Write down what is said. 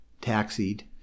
taxied